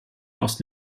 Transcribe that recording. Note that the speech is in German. aus